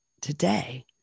today